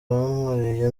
bankoreye